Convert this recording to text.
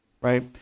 right